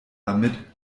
damit